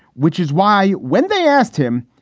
which is why when they asked him,